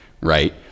right